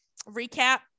recap